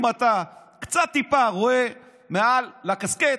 אם אתה קצת, טיפה, רואה מעל לקסקט,